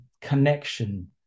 connection